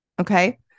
okay